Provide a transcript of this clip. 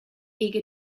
eager